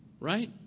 right